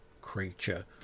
creature